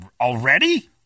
already